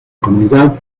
comunidad